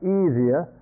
easier